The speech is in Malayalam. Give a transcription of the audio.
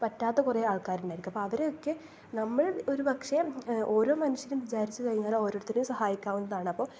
പറ്റാത്ത കുറെ ആൾക്കാരുണ്ടായിരിക്കും അപ്പോൾ അവരെയൊക്കെ നമ്മൾ ഒര് പക്ഷെ ഓരോ മനുഷ്യരും വിചാരിച്ച് കഴിഞ്ഞാൽ ഓരോര്ത്തരെയും സഹായിക്കാവുന്നതാണ് അപ്പോൾ